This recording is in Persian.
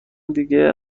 دیگه